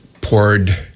poured